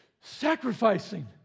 sacrificing